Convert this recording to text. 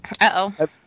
Uh-oh